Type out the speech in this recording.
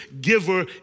giver